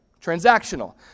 Transactional